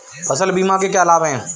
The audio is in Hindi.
फसल बीमा के क्या लाभ हैं?